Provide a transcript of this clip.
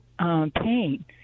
Pain